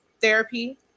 therapy